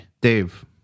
Dave